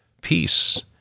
peace